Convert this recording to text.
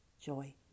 joy